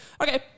Okay